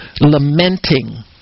lamenting